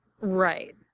Right